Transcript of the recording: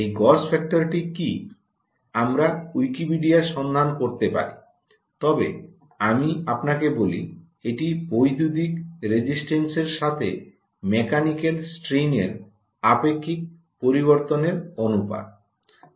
এই গজ ফ্যাক্টরটি কী আমরা উইকিপিডিয়া সন্ধান করতে পারি তবে আমি আপনাকে বলি এটি বৈদ্যুতিক রেজিস্টেন্সের সাথে মেকানিক্যাল স্ট্রেনের আপেক্ষিক পরিবর্তনের অনুপাত